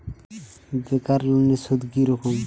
বেকার লোনের সুদ কি রকম?